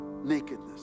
nakedness